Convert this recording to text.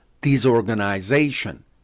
disorganization